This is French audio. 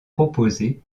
proposées